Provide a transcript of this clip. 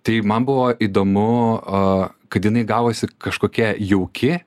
tai man buvo įdomu o kad jinai gavosi kažkokia jauki